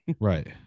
Right